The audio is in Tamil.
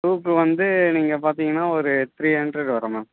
டூக்கு வந்து நீங்கள் பார்த்தீங்கனா ஒரு த்ரீ ஹண்ட்ரட் வரும் மேம்